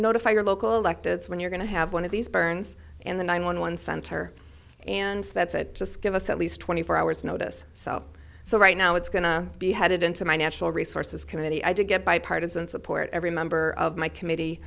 notify your local elected when you're going to have one of these burns and the nine one one center and that's it just give us at least twenty four hours notice so so right now it's going to be headed into my natural resources committee i did get bipartisan support every member of my committee